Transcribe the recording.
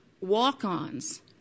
Walk-Ons